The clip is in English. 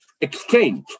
exchange